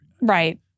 Right